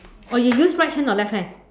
oh you use right hand or left hand